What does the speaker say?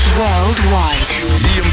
worldwide